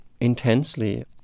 intensely